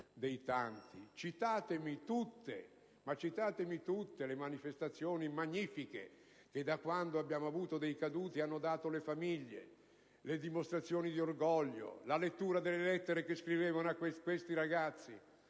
dei tanti. Citatemi tutte le manifestazioni magnifiche che, da quando abbiamo avuto dei caduti, hanno dato le famiglie, le dimostrazioni di orgoglio, la lettura delle lettere che scrivevano questi ragazzi.